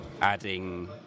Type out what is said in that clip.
adding